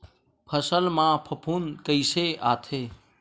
फसल मा फफूंद कइसे आथे?